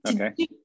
Okay